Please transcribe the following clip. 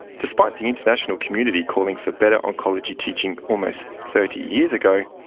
despite the international community calling for better oncology teaching almost thirty years ago,